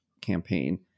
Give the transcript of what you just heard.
campaign